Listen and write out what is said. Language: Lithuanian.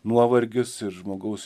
nuovargis ir žmogaus